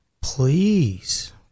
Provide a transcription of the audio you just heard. please